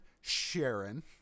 Sharon